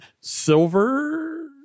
Silver